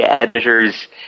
editors